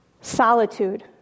solitude